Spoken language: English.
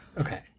okay